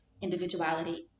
individuality